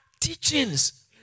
teachings